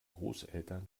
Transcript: großeltern